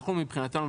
אנחנו מבחינתנו,